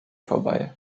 vorbei